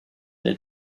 the